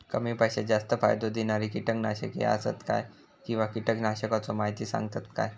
कमी पैशात जास्त फायदो दिणारी किटकनाशके आसत काय किंवा कीटकनाशकाचो माहिती सांगतात काय?